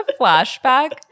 flashback